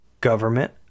government